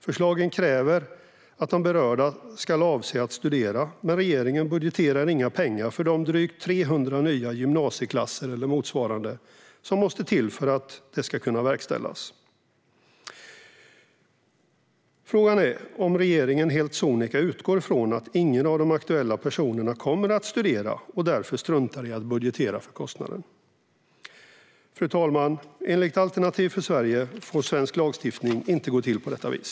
Förslagen kräver att de berörda ska avse att studera, men regeringen budgeterar inga pengar för de drygt 300 nya gymnasieklasser eller motsvarande som måste till för att det ska kunna verkställas. Frågan är om regeringen helt sonika utgår ifrån att ingen av de aktuella personerna kommer att studera och därför struntar i att budgetera för kostnaden. Fru talman! Enligt Alternativ för Sverige får svensk lagstiftning inte gå till på detta vis.